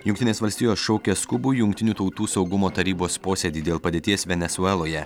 jungtinės valstijos šaukia skubų jungtinių tautų saugumo tarybos posėdį dėl padėties venesueloje